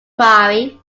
quarry